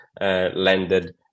landed